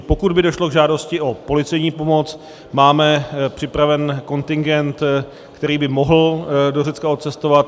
Pokud by došlo k žádosti o policejní pomoc, máme připraven kontingent, který by mohl do Řecka odcestovat.